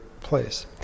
place